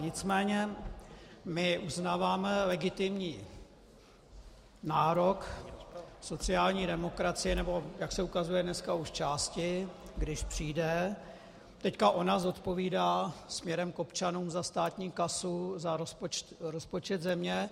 Nicméně my uznáváme legitimní nárok sociální demokracie, nebo jak se ukazuje, dneska už části, když přijde, teď ona zodpovídá směrem k občanům za státní kasu, za rozpočet země.